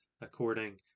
according